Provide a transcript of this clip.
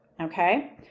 okay